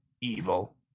evil